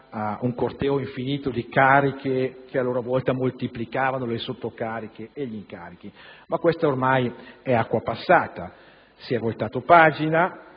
un corteo infinito di cariche, che a loro volta moltiplicavano le sotto cariche e gli incarichi. Ma questa ormai è acqua passata. Si è voltata pagina